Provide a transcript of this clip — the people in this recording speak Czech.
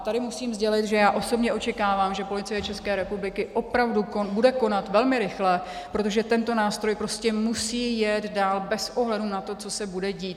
A tady musím sdělit, že já osobně očekávám, že Policie České republiky opravdu bude konat velmi rychle, protože tento nástroj prostě musí jet dál bez ohledu na to, co se bude dít.